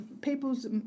People's